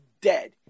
dead